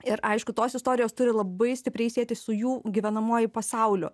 ir aišku tos istorijos turi labai stipriai sietis su jų gyvenamuoju pasauliu